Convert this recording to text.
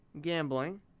Gambling